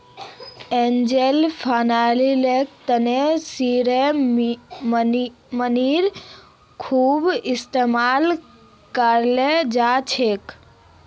angel फंडिंगर तने seed मनीर खूब इस्तमाल कराल जा छेक